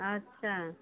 अच्छा